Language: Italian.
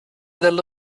dello